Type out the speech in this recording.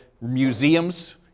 museums